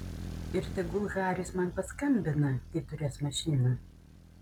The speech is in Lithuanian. ir tegul haris man paskambina kai turės mašiną